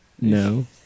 No